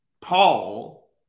Paul